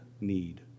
need